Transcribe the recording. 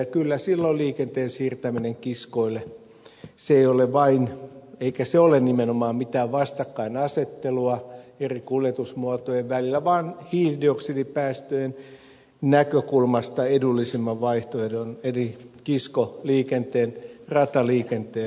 ja kyllä silloin liikenteen siirtäminen kiskoille ei ole nimenomaan mitään vastakkainasettelua eri kuljetusmuotojen välillä vaan hiilidioksidipäästöjen näkökulmasta edullisimman vaihtoehdon eli kiskoliikenteen rataliikenteen edistämistä